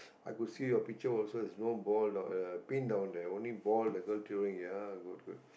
I could see your picture also has no ball dow~ pin down there only ball the girl throwing it ya good good